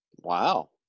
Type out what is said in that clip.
Wow